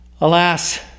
Alas